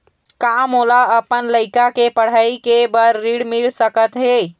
का मोला अपन लइका के पढ़ई के बर ऋण मिल सकत हे?